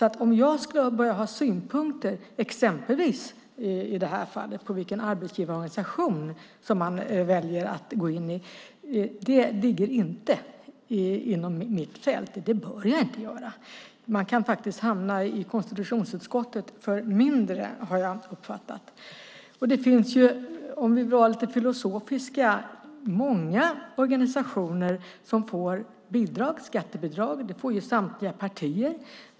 Att ha synpunkter, exempelvis i det här fallet, på vilken arbetsgivarorganisation som man väljer att gå in i ligger inte inom mitt fält. Det bör jag inte göra. Man kan faktiskt hamna i konstitutionsutskottet för mindre, har jag uppfattat. Om vi vill vara lite filosofiska finns det många organisationer som får skattebidrag. Det får samtliga partier.